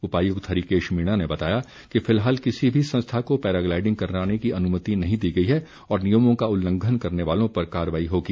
उपायुक्त हरिकेश मीणा ने बताया कि फिलहाल किसी भी संस्था को पैराग्लाइडिंग कराने की अनुमति नहीं दी गई है और नियमों का उल्लंघन करने वालों पर कार्रवाई होगी